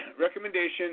recommendation